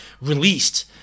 released